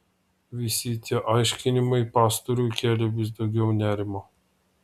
visi tie aiškinimai pastoriui kėlė vis daugiau nerimo